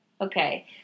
Okay